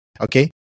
okay